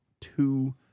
two